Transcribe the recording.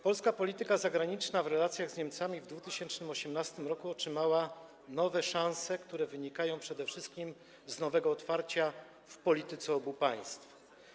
Polska polityka zagraniczna w relacjach z Niemcami w 2018 r. otrzymała nowe szanse, które wynikają przede wszystkim z nowego otwarcia w polityce obu państw.